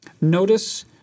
notice